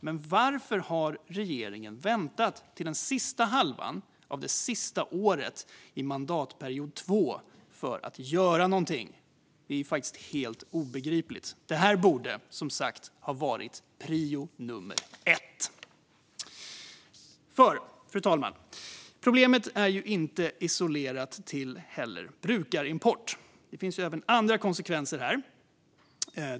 Men varför har regeringen väntat till den sista halvan av det sista året i mandatperiod två med att göra någonting? Det är faktiskt helt obegripligt. Detta borde som sagt ha varit prio nummer ett. Fru talman! Problemet är inte heller isolerat till brukarimport, utan det finns även andra konsekvenser här.